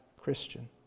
Christian